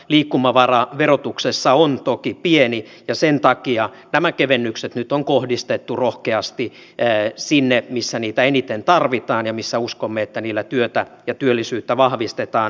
liikkumavara verotuksessa on toki pieni ja sen takia nämä kevennykset nyt on kohdistettu rohkeasti sinne missä niitä eniten tarvitaan ja missä uskomme että niillä työtä ja työllisyyttä vahvistetaan